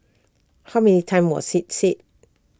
how many times was IT said